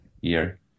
year